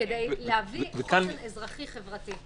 כדי להביא חוסן אזרחי חברתי.